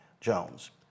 Jones